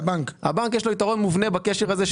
לבנק יש יתרון מובנה בקשר הזה.